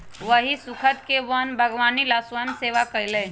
वही स्खुद के वन बागवानी ला स्वयंसेवा कई लय